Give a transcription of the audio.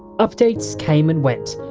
updates came and went.